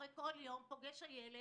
הרי כל יום פוגש הילד